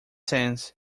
sense